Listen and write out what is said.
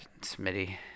Smitty